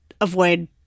avoid